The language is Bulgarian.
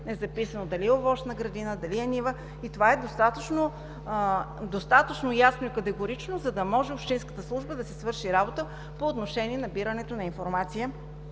е записано дали земята е овощна градина, дали е нива. Това е достатъчно ясно и категорично, за да може общинската служба да си свърши работа по отношение набирането на информация